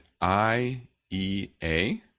IEA